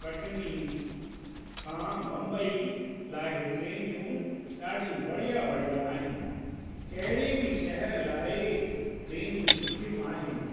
कटनी खां बम्बई लाइ ट्रेनियूं ॾाढियूं बढ़िया बढ़िया आहिनि कहिड़ी बि शहर लाइ ट्रेनियूं सुठियूं आहिनि